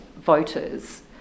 voters